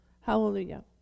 Hallelujah